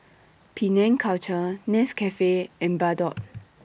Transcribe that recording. Penang Culture Nescafe and Bardot